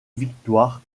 victoire